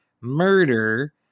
murder